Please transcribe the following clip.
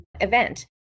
event